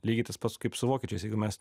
lygiai tas pats kaip su vokiečiais jeigu mes